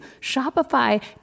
Shopify